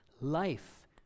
Life